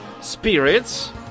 spirits